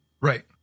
Right